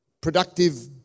productive